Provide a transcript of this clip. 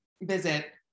visit